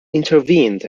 intervened